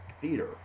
Theater